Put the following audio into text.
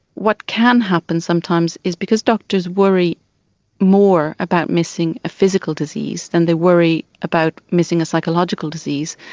what can happen sometimes is because doctors worry more about missing a physical disease than they worry about missing a psychological disease,